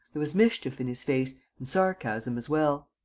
there was mischief in his face, and sarcasm as well.